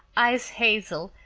eyes hazel,